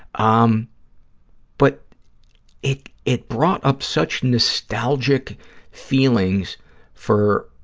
um but it it brought up such nostalgic feelings for